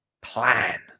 plan